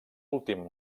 últim